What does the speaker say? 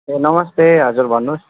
ए नमस्ते हजुर भन्नुहोस्